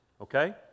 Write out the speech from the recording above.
okay